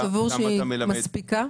אתה סבור שהיא מספיקה?